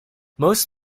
most